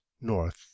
north